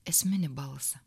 esminį balsą